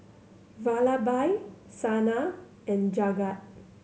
Vallabhbhai Saina and Jagat